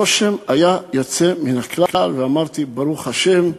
הרושם היה יוצא מן הכלל, ואמרתי: ברוך השם,